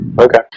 Okay